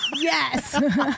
Yes